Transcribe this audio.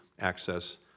access